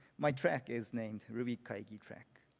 my track is named rubykaigi track.